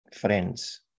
friends